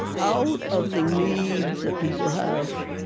out of the needs that people have,